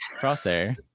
Crosshair